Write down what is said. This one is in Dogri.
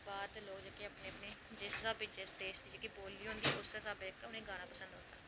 बाह्र ते लोग अपने अपने जिस हिसाबे दी बोल्ली होंदी उस्सै हिसाबे दा उनेंगी जेह्की गाना पसंद औंदा